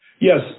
Yes